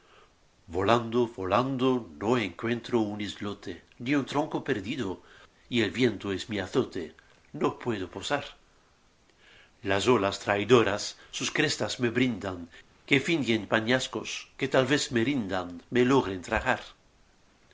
volando volando no encuentro un islote ni un tronco perdido y el viento es ftii azote no puedo posar las olas traidoras sus crestas me brindan que fingen peñascos que tal vez me rindan me logren tragar